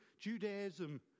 Judaism